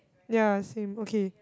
ya same okay